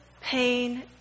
pain